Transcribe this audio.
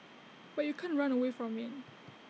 but you can't run away from IT